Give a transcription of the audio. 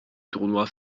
tournoi